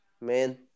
man